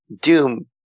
Doom